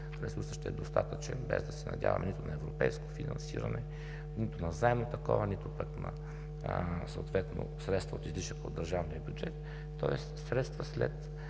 ресурсът ще е достатъчен, без да се надяваме нито на европейско финансиране, нито на заемно такова, нито пък на съответно средства от излишък от държавния бюджет. Тоест средства след